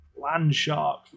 Landshark